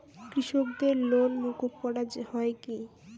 কৃষকদের লোন মুকুব করা হয় কি?